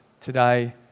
today